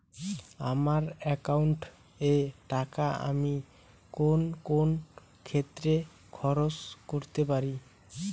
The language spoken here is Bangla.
আমার একাউন্ট এর টাকা আমি কোন কোন ক্ষেত্রে খরচ করতে পারি?